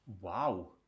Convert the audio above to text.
Wow